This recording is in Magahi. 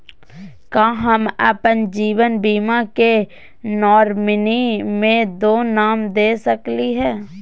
का हम अप्पन जीवन बीमा के नॉमिनी में दो नाम दे सकली हई?